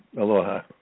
Aloha